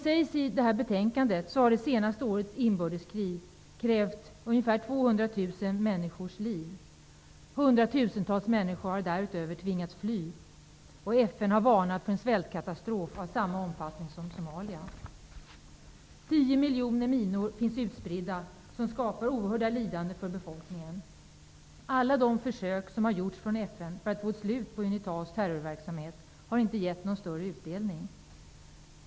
Som sägs i betänkandet har det senaste årets inbördeskrig krävt ungefär 200 000 människors liv. Hundratusentals människor har därutöver tvingats fly. FN har varnat för en svältkatstrof av samma omfattning som Somalias. Tio miljoner minor finns utspridda. Detta skapar oerhörda lidanden för befolkningen. Alla de försök som FN har gjort för att få slut på Unitas terrorverksamhet har inte gett någon större utdelning.